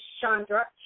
Chandra